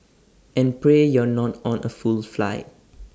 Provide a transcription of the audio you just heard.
and pray you're not on A full flight